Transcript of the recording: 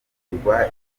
kwimurwa